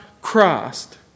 Christ